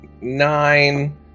nine